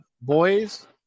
boys